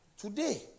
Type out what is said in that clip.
Today